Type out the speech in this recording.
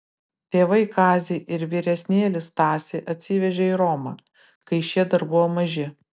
tėvai kazį ir vyresnėlį stasį atsivežė į romą kai šie dar buvo maži